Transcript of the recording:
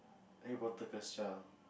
Harry Potter curse child